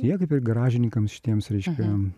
jie kaip ir garažininkams šitiems reiškia